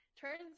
Turns